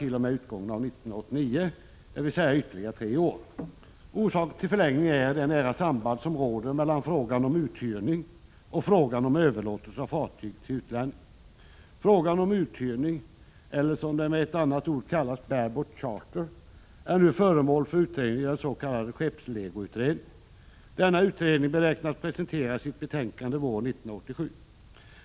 0. m. utgången av 1989, dvs. ytterligare tre år. Orsaken till förlängningen är det nära samband som råder mellan frågan om uthyrning och frågan om överlåtelse av fartyg till utlänning. Frågan om uthyrning, eller som det med ett annat ord kallas bare-boat charter, är nu föremål för utredning i den s.k. skeppslegoutredningen. Denna utredning beräknas presentera sitt betänkande våren 1987.